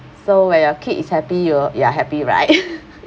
so when your kid is happy you you are happy right